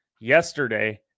yesterday